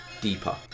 Deeper